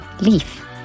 leaf